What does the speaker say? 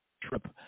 trip